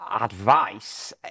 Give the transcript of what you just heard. advice